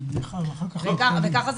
זה בדיחה, ואחר כך מתפלאים.